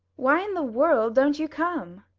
why in the world don't you come?